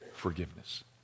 Forgiveness